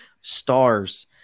stars